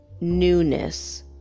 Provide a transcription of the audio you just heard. newness